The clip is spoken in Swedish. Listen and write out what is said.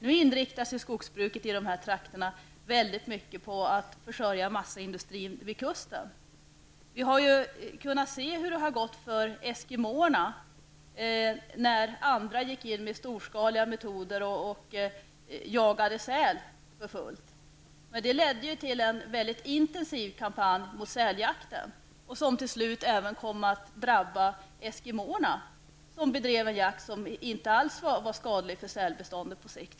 Nu inriktas skogsbruket i dessa trakter mycket på att försörja massaindustrin vid kusten. Vi har kunnat se hur det gått för eskimåerna. När andra gick in med storskaliga metoder och jagade säl för fullt ledde det till en intensiv kampanj mot säljakten, som till slut kom att drabba även eskimåerna, som bedrev en jakt som inte alls var skadlig för sälbeståndet på sikt.